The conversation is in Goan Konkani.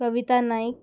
कविता नाईक